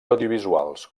audiovisuals